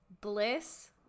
Bliss